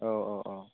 औ औ औ